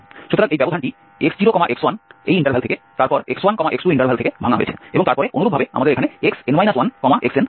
সুতরাং এই ব্যবধানটি x0x1 থেকে তারপর x1x2 থেকে ভাঙা হয়েছে এবং তারপরে অনুরূপভাবে আমাদের এখানে xn 1xn আছে